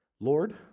Lord